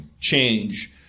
Change